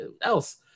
else